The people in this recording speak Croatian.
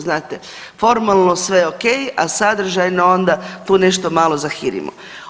Znate formalno sve ok, a sadržajno tu nešto malo zahirimo.